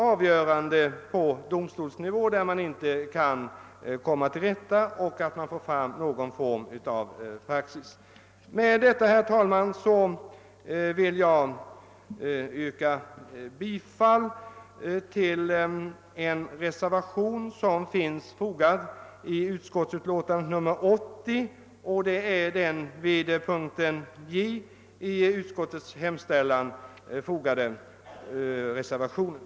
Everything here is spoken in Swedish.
Avgöranden på domstolsnivå 'kommer väl också att bilda någon form av praxis. Med dessa ord, herr talman, vill jag yrka bifall till den vid punkten J i ut 'skottets hemställan i utlåtande nr 80 fogade reservationen.